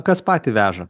kas patį veža